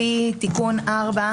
לפי תיקון 4,